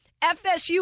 FSU